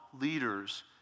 leaders